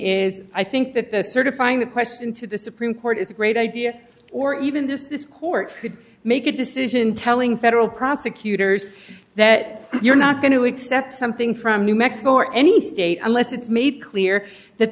is i think that the certifying the question to the supreme court is a great idea or even this this court could make a decision telling federal prosecutors that you're not going to accept something from new mexico or any state unless it's made clear that